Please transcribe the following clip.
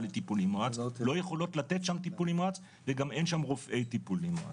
לטיפול נמרץ - לא יכולות לתת שם טיפול נמרץ וגם אין שם רופאי טיפול נמרץ,